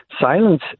silence